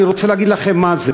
אני רוצה להגיד לכם מה זה,